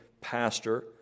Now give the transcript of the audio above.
pastor